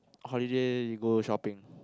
holiday you go shopping